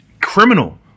criminal